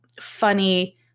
funny